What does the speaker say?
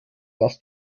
was